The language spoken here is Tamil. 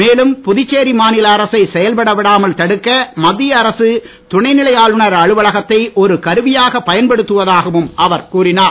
மேலும் புதுளுச்சேரி மாநில அரசை செயல்பட விடாமல் தடுக்க மத்திய அரசு துணைநிலை ஆளுனர் அலுவலகத்தை ஒரு கருவியாக பயன்படுத்துவதாகவும் அவர் கூறினார்